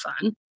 fun